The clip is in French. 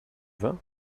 vin